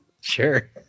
Sure